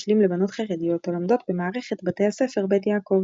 משלים לבנות חרדיות הלומדות במערכת בתי הספר בית יעקב.